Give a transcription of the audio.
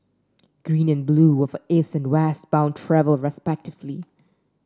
green and blue were for East and West bound travel respectively